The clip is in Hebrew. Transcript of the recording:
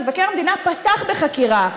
ומבקר המדינה פתח בחקירה.